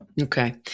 Okay